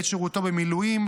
בעת שירותו במילואים,